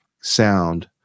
sound